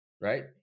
right